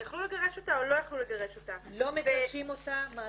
יכלו לגרש אותה או לא יכלו לגרש אותה?